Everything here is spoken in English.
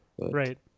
Right